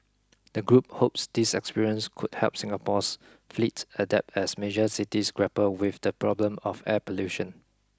the group hopes this experience could help Singapore's fleet adapt as major cities grapple with the problem of air pollution